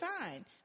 fine